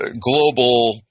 global